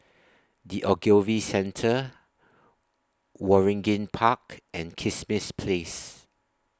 The Ogilvy Centre Waringin Park and Kismis Place